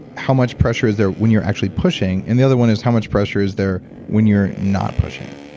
how much pressure is there when you're actually pushing. and the other one is how much pressure is there when you're not pushing.